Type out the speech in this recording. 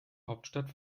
hauptstadt